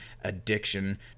addiction